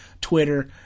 Twitter